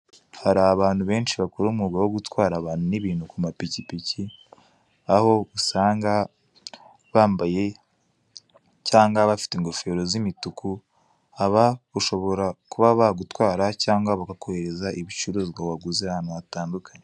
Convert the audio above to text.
Hari abantu besnhi bakora umwuga wo gutwara abantu n'ibintu ku mapikipiki, aho usanga bambaye cyangwa bafite ingofero z'imituku aba ushobora kuba bagutwara cyangwa bakakoherereza ibicuruzwa waguze ahantu hatandukanye.